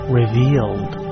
revealed